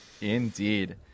Indeed